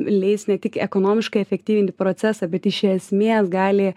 leis ne tik ekonomiškai efektyvinti procesą bet iš esmės gali